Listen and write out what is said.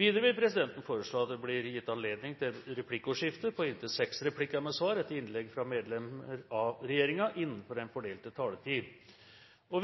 Videre vil presidenten foreslå at det blir gitt anledning til replikkordskifte på inntil seks replikker med svar etter innlegg fra medlemmer av regjeringen innenfor den fordelte taletid.